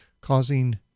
Causing